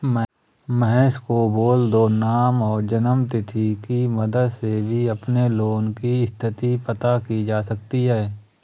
महेश को बोल दो नाम और जन्म तिथि की मदद से भी अपने लोन की स्थति पता की जा सकती है